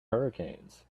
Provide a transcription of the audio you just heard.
hurricanes